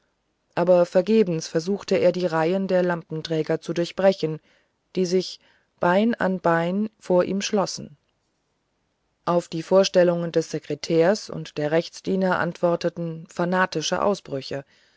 aber vergebens versuchte er die reihen der lampenträger zu durchbrechen die sich bein an bein vor ihm schlossen auf die vorstellungen des sekretärs und der rechtsdiener antworteten fanatische ausbrüche